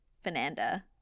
Fernanda